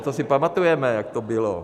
To si pamatujeme, jak to bylo.